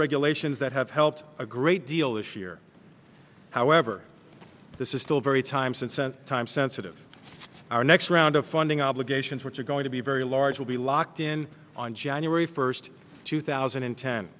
regulations that have helped a great deal issue here however this is still very time since sent time sensitive our next round of funding obligations which are going to be very large will be locked in on january first two thousand and ten